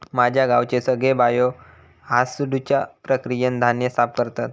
माझ्या गावचे सगळे बायो हासडुच्या प्रक्रियेन धान्य साफ करतत